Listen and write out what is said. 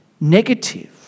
negative